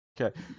Okay